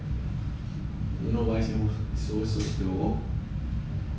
don't know why singapore so so slow so they asked us to